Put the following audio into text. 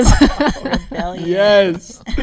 Yes